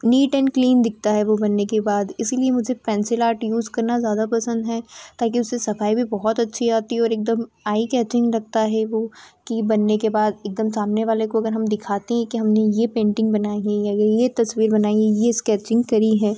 NEET and clean दिखता है वो बनने के बाद इसलिए मुझे पेंसिल आर्ट यूज करना मुझे ज़्यादा पसंद है ताकि उससे सफाई भी बहुत अच्छी आती और एकदम आई कैचिंग लगता है वो कि बनने के बाद एक दम सामने वाले को अगर हम दिखाते हैं कि हमने ये पेंटिंग बनाई है या अगर ये तस्वीर बनाई है ये इस्केचींग करी है